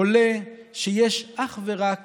עולה שיש אך ורק